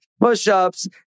push-ups